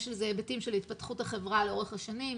יש לזה היבטים של התפתחות החברה לאורך השנים,